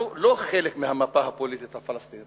אנחנו לא חלק מהמפה הפוליטית הפלסטינית.